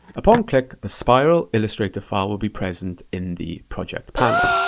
upon click, the spiral illustrator file will be present in the project panel.